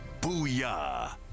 Booyah